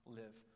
live